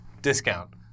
discount